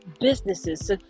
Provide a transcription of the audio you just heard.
businesses